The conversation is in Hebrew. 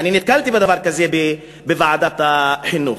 אני נתקלתי בדבר כזה בוועדת החינוך.